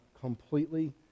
completely